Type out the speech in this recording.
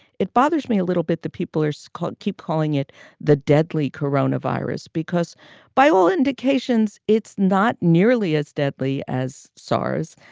it bothers me a little bit. the people are so called keep calling it the deadly corona virus, because by all indications, it's not nearly as deadly as saas.